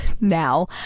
now